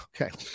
Okay